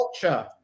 culture